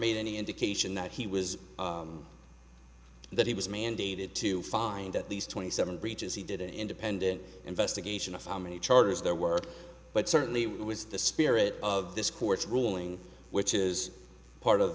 made any indication that he was that he was mandated to find at least twenty seven breaches he did an independent investigation of how many charges there were but certainly with the spirit of this court's ruling which is part of